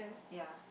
ya